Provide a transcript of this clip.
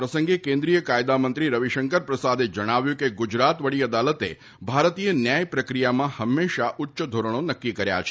આ પ્રસંગે કેન્દ્રિય કાયદામંત્રી રવિશંકર પ્રસાદે જણાવ્યું હતું કે ગુજરાત વડી અદાલતે ભારતીય ન્યાય પ્રક્રિયામાં હંમેશા ઉચ્ય ધોરણો નક્કી કર્યા છે